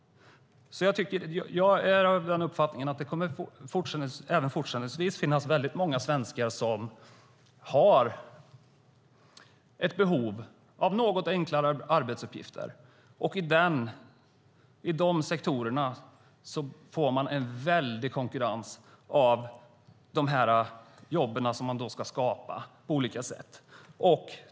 Jag är av den uppfattningen att det även fortsättningsvis kommer att finnas väldigt många svenskar som har behov av något enklare arbetsuppgifter. I de sektorerna får man en väldig konkurrens av de här jobben som man ska skapa på olika sätt.